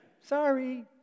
Sorry